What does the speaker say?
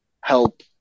help